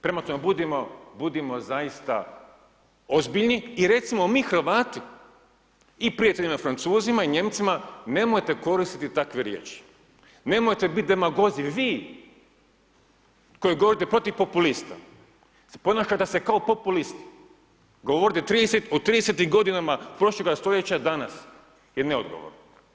Prema tome, budimo, budimo zaista ozbiljni i recimo mi Hrvati i prijateljima Francuzima i Nijemcima nemojte koristiti takve riječi, nemojte bit demagozi vi koji govorite protiv populista, ponašate se kao populisti, govoriti o 30 godinama prošloga stoljeća danas je neodgovorno.